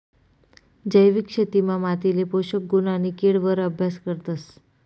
जैविक शेतीमा मातीले पोषक गुण आणि किड वर अभ्यास करतस